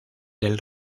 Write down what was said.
del